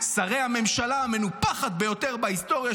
שרי הממשלה המנופחת ביותר בהיסטוריה,